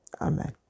Amen